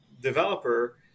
developer